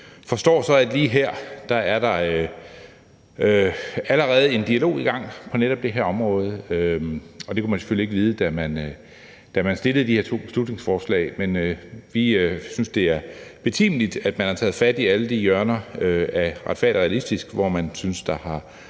forstår så, at der lige her på det her område allerede er en dialog i gang, og det kunne man selvfølgelig ikke vide, da man fremsatte de her to beslutningsforslag, men vi synes, det er betimeligt, at man har taget fat i alle de hjørner af »Retfærdig og Realistisk«, hvor man synes der har